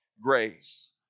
grace